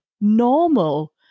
normal